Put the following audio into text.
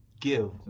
give